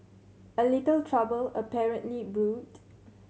a little trouble apparently brewed